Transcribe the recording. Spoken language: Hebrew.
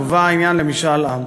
העניין יובא למשאל עם.